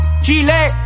Chile